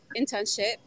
internship